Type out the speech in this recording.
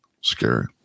scary